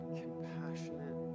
compassionate